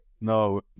No